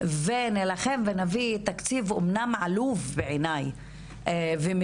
ונילחם ונביא תקציב אומנם עלוב בעיני ומביש,